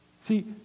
See